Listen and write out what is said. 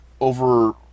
over